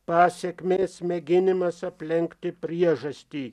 pasekmės mėginimas aplenkti priežastį